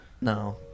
No